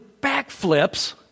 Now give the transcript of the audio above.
backflips